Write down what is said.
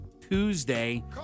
Tuesday